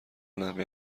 نحوه